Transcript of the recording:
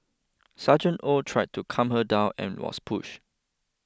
Sergeant Oh tried to calm her down and was pushed